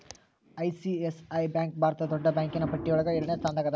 ICICI bank ಭಾರತದ್ ದೊಡ್ಡ್ ಬ್ಯಾಂಕಿನ್ನ್ ಪಟ್ಟಿಯೊಳಗ ಎರಡ್ನೆ ಸ್ಥಾನ್ದಾಗದ